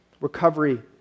recovery